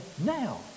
now